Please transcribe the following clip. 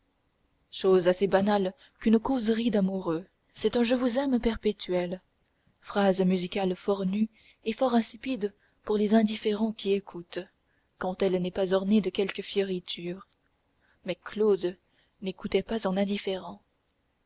chose assez banale qu'une causerie d'amoureux c'est un je vous aime perpétuel phrase musicale fort nue et fort insipide pour les indifférents qui écoutent quand elle n'est pas ornée de quelque fioriture mais claude n'écoutait pas en indifférent